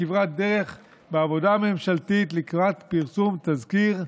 כברת דרך בעבודה הממשלתית לקראת פרסום תזכיר,